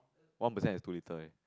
one percent is too little eh